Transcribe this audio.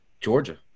Georgia